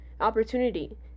opportunity